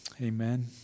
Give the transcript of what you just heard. amen